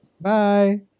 Bye